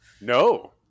No